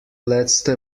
letzte